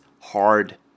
hard